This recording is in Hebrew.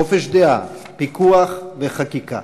חופש דעה, פיקוח וחקיקה.